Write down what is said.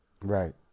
Right